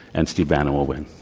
and steve bannon will win.